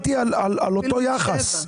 שמרתי על אותו יחס.